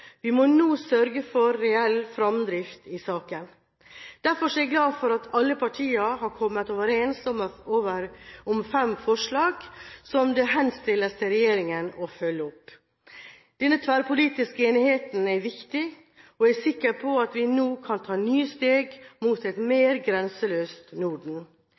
Vi må nå sørge for reell fremdrift i saken. Derfor er jeg glad for at alle partier har kommet overens om fem forslag som det henstilles til regjeringen å følge opp. Denne tverrpolitiske enigheten er viktig, og jeg er sikker på at vi nå kan ta nye steg mot et mer grenseløst Norden.